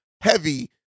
heavy